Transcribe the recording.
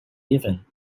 uneven